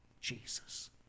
Jesus